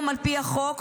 על פי החוק,